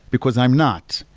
because i'm not.